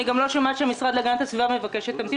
אני גם לא שומעת שהמשרד להגנת הסביבה מבקש שתמתין.